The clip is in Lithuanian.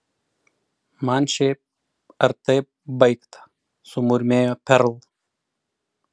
man šiaip ar taip baigta sumurmėjo perl